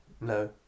No